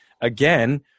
again